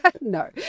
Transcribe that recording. No